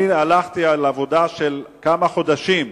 אני הלכתי על עבודה של כמה חודשים,